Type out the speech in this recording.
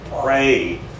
pray